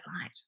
light